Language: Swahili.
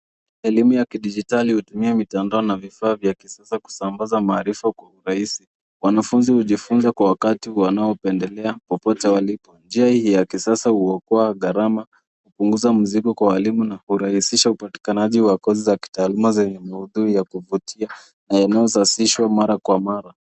Elimu ya kidijitali hutumia mitandao na vifaa vya kisasa kusambaza maarifa kwa urahisi. Wanafunzi hujifunza kwa wakati wanaopendelea popote walipo. Njia hii ya kisasa huokoa gharama, kupunguza mzigo kwa walimu na kurahisisha upatikanaji wa kozi za kitaaluma zenye maudhui ya kuvutia na eneozasishwa mara kwa mara.